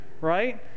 right